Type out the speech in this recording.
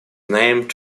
named